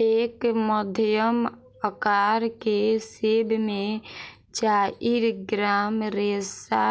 एक मध्यम अकार के सेब में चाइर ग्राम रेशा